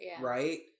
Right